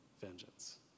vengeance